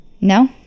No